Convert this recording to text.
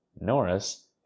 Norris